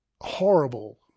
horrible